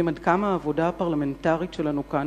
עד כמה העבודה הפרלמנטרית שלנו כאן